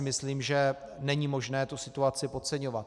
Myslím si, že není možné tu situaci podceňovat.